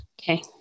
Okay